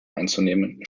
einzunehmen